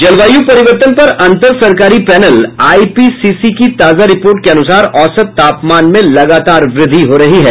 जलवायु परिवर्तन पर अंतर सरकारी पैनल आईपीसीसी की ताजा रिपोर्ट के अनुसार औसत तापमान में लगातार वृद्धि हो रही है